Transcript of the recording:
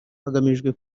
hagamijwe